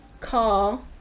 call